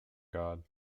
god